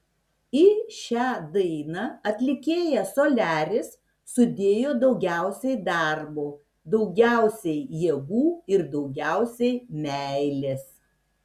į šią dainą atlikėjas soliaris sudėjo daugiausiai darbo daugiausiai jėgų ir daugiausiai meilės